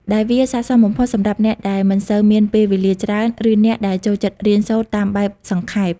ដែលវាស័ក្តិសមបំផុតសម្រាប់អ្នកដែលមិនសូវមានពេលវេលាច្រើន ឬអ្នកដែលចូលចិត្តរៀនសូត្រតាមបែបសង្ខេប។